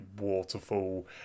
waterfall